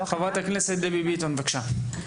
חברת הכנסת דבי ביטון, בבקשה.